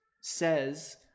says